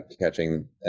catching